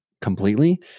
completely